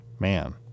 Man